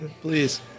please